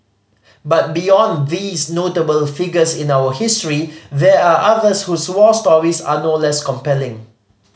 but beyond these notable figures in our history there are others whose war stories are no less compelling